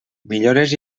millores